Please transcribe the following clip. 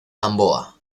gamboa